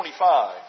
25